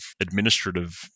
administrative